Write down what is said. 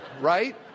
right